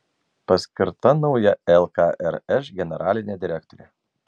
paskirta nauja lkrš generalinė direktorė